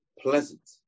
pleasant